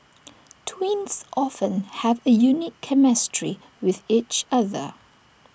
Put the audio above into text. twins often have A unique chemistry with each other